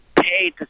paid